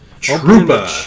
Trooper